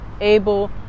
able